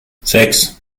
sechs